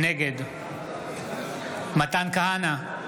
נגד מתן כהנא,